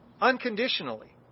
unconditionally